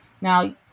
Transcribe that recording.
Now